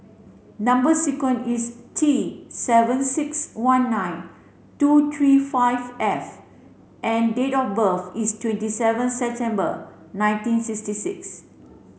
number sequence is T seven six one nine two three five F and date of birth is twenty seven September nineteen sixty six